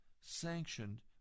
sanctioned